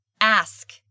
ask